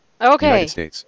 Okay